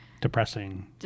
Depressing